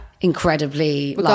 incredibly